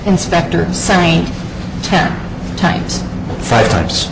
inspector signed ten times five times